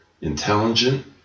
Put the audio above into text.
intelligent